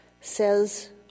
says